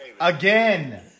Again